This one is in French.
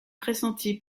pressenti